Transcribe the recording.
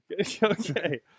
okay